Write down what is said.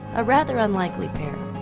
a rather unlikely pair.